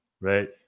right